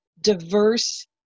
diverse